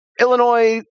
Illinois